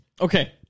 Okay